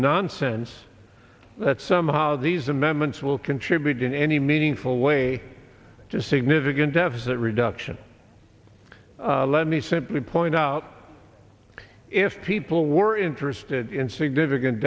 nonsense that somehow these amendments will contribute in any meaningful way to significant deficit reduction let me simply point out if people were interested in significant